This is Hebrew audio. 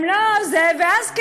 ואז,